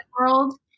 world